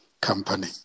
company